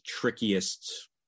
trickiest